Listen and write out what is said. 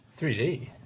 3D